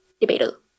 debater